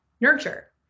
nurture